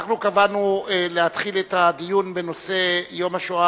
אנחנו קבענו להתחיל את הדיון בנושא יום השואה